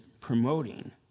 promoting